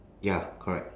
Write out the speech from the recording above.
ya correct